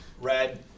Rad